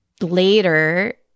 later